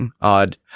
odd